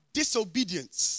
disobedience